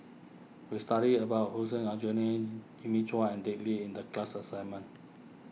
we studied about Hussein Aljunied Jimmy Chua and Dick Lee in the class assignment